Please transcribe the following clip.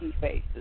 faces